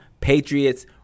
Patriots